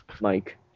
Mike